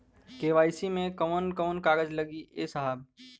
KYC मे कवन कवन कागज लगी ए साहब?